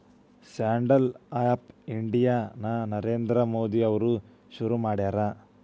stand up India ನ ನರೇಂದ್ರ ಮೋದಿ ಅವ್ರು ಶುರು ಮಾಡ್ಯಾರ